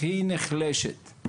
הכי חלשה,